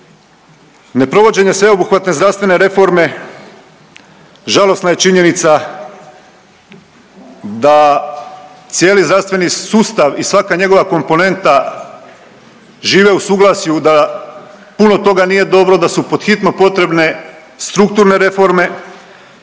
Neprovođenje sveobuhvatne zdravstvene reforme žalosna je činjenica da cijeli zdravstveni sustav i svaka njegova komponenta žive u suglasju da puno toga nije dobro, da su pod hitno potrebne strukturne reforme